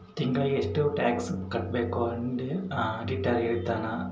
ತಿಂಗಳಿಗೆ ಎಷ್ಟ್ ಟ್ಯಾಕ್ಸ್ ಕಟ್ಬೇಕು ಆಡಿಟರ್ ಹೇಳ್ತನ